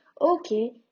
okay